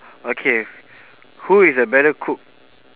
okay who is a better cook